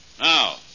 Now